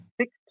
Six